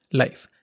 life